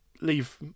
leave